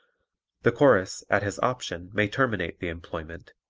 the chorus, at his option may terminate the employment,